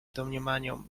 domniemaniom